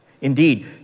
Indeed